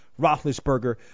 Roethlisberger